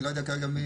אני לא יודע כרגע מי,